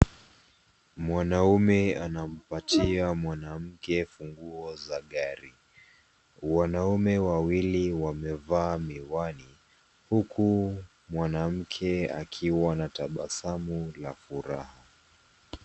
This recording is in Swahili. Mwanaume anampatia mwanamke funguo za gari. Wanaume wawili wamevaa miwani huku mwanamke akiwa na tabasamu la furaha.